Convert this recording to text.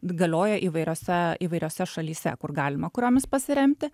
galioja įvairiose įvairiose šalyse kur galima kuriomis pasiremti